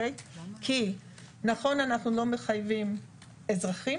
נכון שאנחנו לא מחייבים אזרחים,